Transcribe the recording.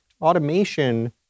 Automation